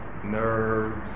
nerves